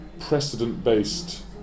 precedent-based